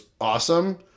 awesome